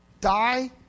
die